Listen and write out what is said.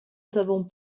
savons